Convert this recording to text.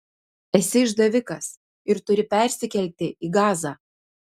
esi išdavikas ir turi persikelti į gazą